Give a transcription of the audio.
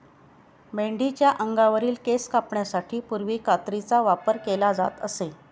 मेंढीच्या अंगावरील केस कापण्यासाठी पूर्वी कात्रीचा वापर केला जात असे